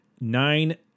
Nine